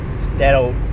that'll